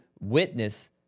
witness